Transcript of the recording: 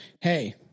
Hey